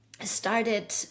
started